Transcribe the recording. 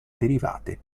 derivate